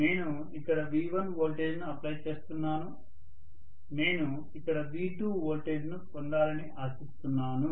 నేను ఇక్కడ V1 వోల్టేజ్ను అప్లై చేస్తున్నాను నేను ఇక్కడ V2 వోల్టేజ్ను పొందాలని ఆశిస్తున్నాను